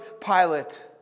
Pilate